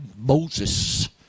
Moses